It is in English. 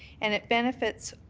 and it benefits